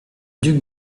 duc